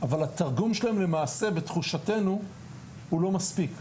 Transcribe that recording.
אבל התרגום שלהן למעשה לתחושתנו הוא לא מספיק.